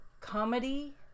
comedy